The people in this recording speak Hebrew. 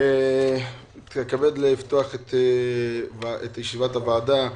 אני פותח את ישיבת ועדת הכספים.